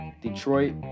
Detroit